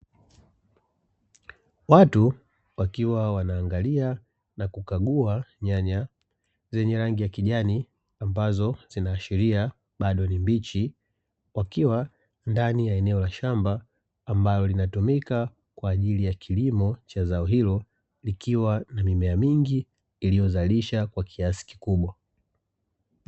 Watu wakiwa wanaangalia na kukagua nyanya zenye rangi ya kijani ambazo zinaashiria bado mbichi. Wakiwa ndani ya eneo la shamba ambalo linatumika kwa ajili ya kilimo cha zao hilo, ikiwa na mimea mingi iliyozalisha kwa kiasi kikubwa.